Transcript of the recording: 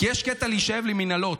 כי יש קטע להישאב למינהלות,